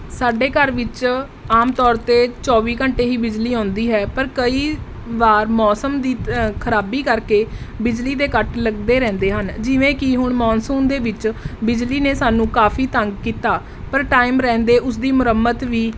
ਸਾਡੇ ਘਰ ਵਿੱਚ ਆਮ ਤੌਰ 'ਤੇ ਚੌਵੀ ਘੰਟੇ ਹੀ ਬਿਜਲੀ ਆਉਂਦੀ ਹੈ ਪਰ ਕਈ ਵਾਰ ਮੌਸਮ ਦੀ ਖਰਾਬੀ ਕਰਕੇ ਬਿਜਲੀ ਦੇ ਕੱਟ ਲੱਗਦੇ ਰਹਿੰਦੇ ਹਨ ਜਿਵੇਂ ਕਿ ਹੁਣ ਮੌਨਸੂਨ ਦੇ ਵਿੱਚ ਬਿਜਲੀ ਨੇ ਸਾਨੂੰ ਕਾਫੀ ਤੰਗ ਕੀਤਾ ਪਰ ਟਾਈਮ ਰਹਿੰਦੇ ਉਸਦੀ ਮੁਰੰਮਤ ਵੀ